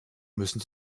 müssen